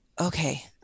okay